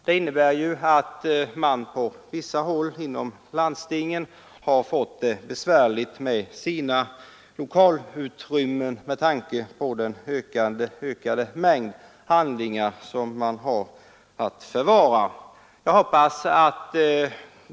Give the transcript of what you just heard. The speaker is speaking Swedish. Det innebär att man på vissa håll inom landstingen har fått det besvärligt med lokalutrymmen med tanke på den ökade mängd handlingar som man har att förvara.